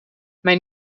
mijn